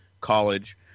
college